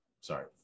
sorry